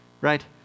right